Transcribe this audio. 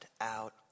out